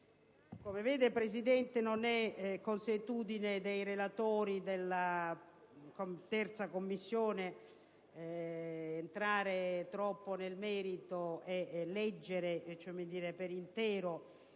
Come vede, Presidente, non è consuetudine dei relatori della 3a Commissione entrare troppo nel merito dei testi e leggerli per intero.